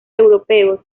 europeos